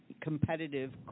competitive